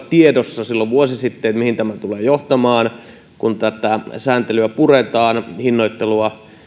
tiedossa silloin vuosi sitten mihin tämä tulee johtamaan kun tätä sääntelyä puretaan hinnoittelua